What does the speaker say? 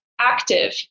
active